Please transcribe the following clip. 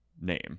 name